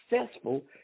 successful